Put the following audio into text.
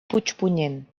puigpunyent